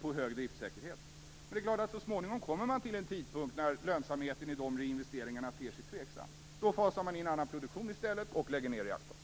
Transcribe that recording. på hög driftsäkerhet. Men det är klart att man så småningom kommer till en tidpunkt när lönsamheten i de reinvesteringarna ter sig tveksam. Då fasar man i stället in i annan produktion och lägger ned reaktorn.